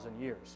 years